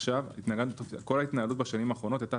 עכשיו כל ההתנהלות בשנים האחרונות הייתה